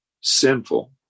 sinful